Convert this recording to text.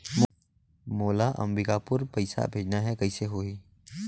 मोला अम्बिकापुर पइसा भेजना है, कइसे होही?